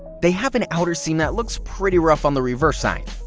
they have an outer seam that looks pretty rough on the reverse side.